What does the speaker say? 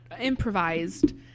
improvised